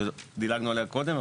שדילגנו עליה קודם,